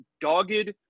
dogged